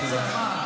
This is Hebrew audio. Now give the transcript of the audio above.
הוא מהקואליציה,